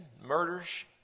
murders